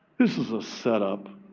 this is a set up.